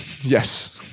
Yes